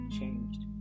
changed